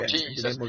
Jesus